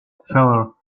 feller